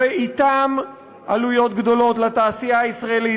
ואתם עלויות גדולות לתעשייה הישראלית,